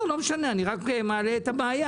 אני מעלה את הבעיה